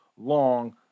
long